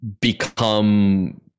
become